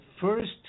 first